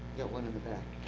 one in the back.